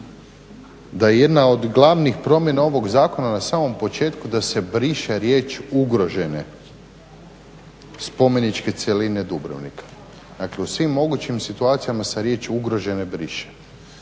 da jedna od glavnih promjena ovih zakona na samom početku da se briše riječ ugrožene spomeničke cjeline Dubrovnika. Dakle u svim mogućim situacija se riječi ugrožene briše.